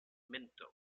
minto